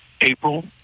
April